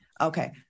Okay